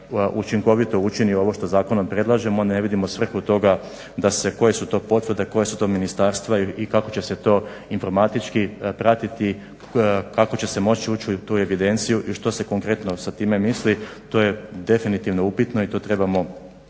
učinkovito učini ovo što zakonom predlažemo. Ne vidimo svrhu toga da se, koje su to potvrde, koja su to ministarstva i kako će se to informatički pratiti, kako će se moći ući u tu evidenciju i što se konkretno sa time misli. To je definitivno upitno i to trebamo